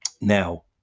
Now